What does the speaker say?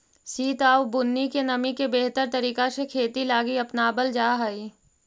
सित आउ बुन्नी के नमी के बेहतर तरीका से खेती लागी अपनाबल जा हई